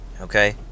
Okay